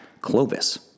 Clovis